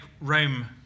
Rome